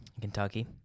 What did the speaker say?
kentucky